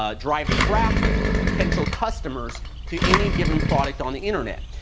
ah drive traffic, potential customers to any given product on the internet.